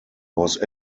was